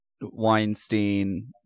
Weinstein